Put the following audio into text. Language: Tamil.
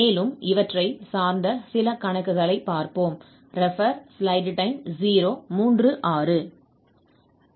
மேலும் இவற்றை சார்ந்த சில கணக்குகளை பார்ப்போம்